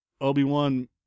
Obi-Wan